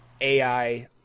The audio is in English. AI